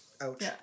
Ouch